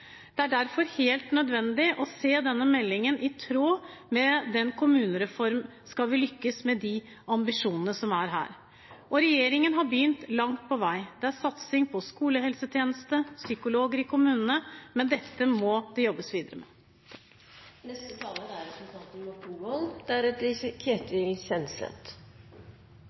Det er derfor helt nødvendig å se denne meldingen i sammenheng med kommunereformen, skal vi lykkes med de ambisjonene som er her. Regjeringen har begynt, langt på vei – det er satsing på skolehelsetjeneste, psykologer i kommunene – men dette må det jobbes videre med.